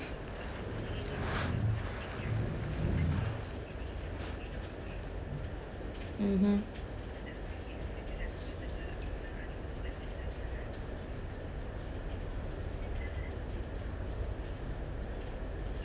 mmhmm